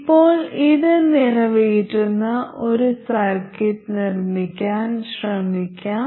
ഇപ്പോൾ ഇത് നിറവേറ്റുന്ന ഒരു സർക്യൂട്ട് നിർമ്മിക്കാൻ ശ്രമിക്കാം